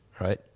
Right